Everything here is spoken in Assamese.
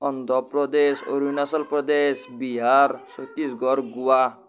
অন্ধ্ৰ প্ৰদেশ অৰুণাচল প্ৰদেশ বিহাৰ ছত্তিশগড় গোৱা